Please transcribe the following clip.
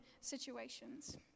situations